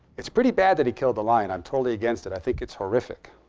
it's pretty bad that he killed the lion. i'm totally against it. i think it's horrific.